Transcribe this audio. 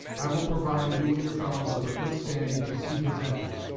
i will provide you and your fellows of a good standing to see his entry.